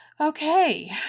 okay